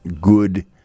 good